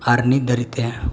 ᱟᱨ ᱱᱤᱛ ᱫᱷᱟᱹᱨᱤᱡᱛᱮ